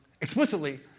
explicitly